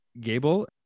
Gable